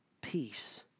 Peace